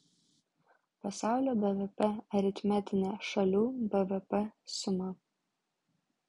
pasaulio bvp aritmetinė šalių bvp suma